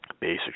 Basic